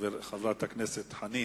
חברת הכנסת חנין.